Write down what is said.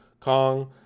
Kong